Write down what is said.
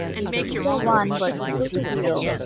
if beta one were equal to zero,